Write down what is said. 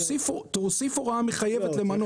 תוסיף הוראה מחייבת למנות.